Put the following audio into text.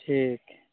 ᱴᱷᱤᱠ